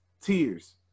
Tears